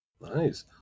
Nice